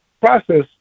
process